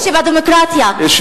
האם אתה חושב שבדמוקרטיה צריכים לתת,